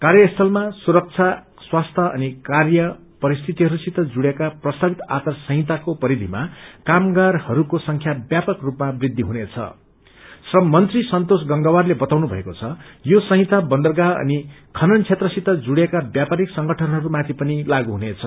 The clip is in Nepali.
कार्यस्थलामा सुरक्षा स्वास्थ्य अनि कार्य परिस्थितिहस्सित पुरिएका प्रस्तावित आवार संछिताको परिथिमा कामगारहरूले संख्या व्यपक रूपमा वृद्खि हुनेछ श्रम मंत्री सन्तोष गंगवारले बताउनु भएको छ यो संहिता बन्दरगाह अनि खनन क्षेत्रसित जुड़िएका व्यापारिक संगठनहरूमाथि पनि लागू हुनेछ